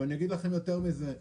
אגיד לכם יותר מזה,